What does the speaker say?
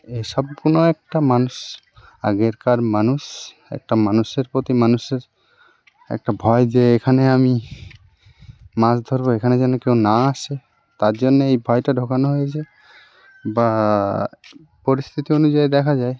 এই সব কোনো একটা মানুষ আগেকার মানুষ একটা মানুষের প্রতি মানুষের একটা ভয় যে এখানে আমি মাছ ধরব এখানে যেন কেউ না আসে তার জন্য এই ভয়টা ঢোকানো হয়েছে বা পরিস্থিতি অনুযায়ী দেখা যায়